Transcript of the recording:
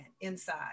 inside